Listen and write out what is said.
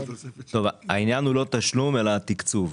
העניין הוא לא תשלום אלא התקצוב.